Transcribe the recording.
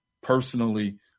personally